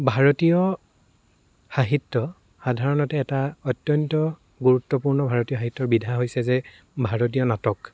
ভাৰতীয় সাহিত্য সাধাৰণতে এটা অত্যন্ত গুৰুত্বপূৰ্ণ ভাৰতীয় সাহিত্যৰ বিধা হৈছে যে ভাৰতীয় নাটক